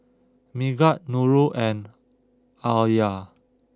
Megat Nurul and Alya